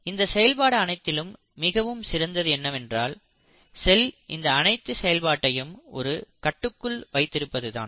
இந்த செயல்பாடு அனைத்திலும் மிகவும் சிறந்தது என்னவென்றால் செல் இந்த அனைத்து செயல்பாட்டையும் ஒரு கட்டுக்குள் வைத்திருப்பதுதான்